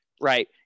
right